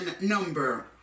number